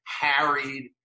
harried